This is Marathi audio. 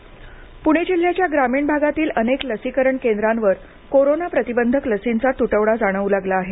लसीकरण पुणे जिल्ह्याच्या ग्रामीण भागातील अनेक लसीकरण केंद्रांवर कोरोना प्रतिबंधक लसींचा त्टवडा जाणवू लागला आहे